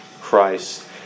Christ